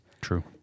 True